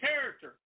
character